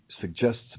suggests